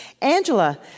Angela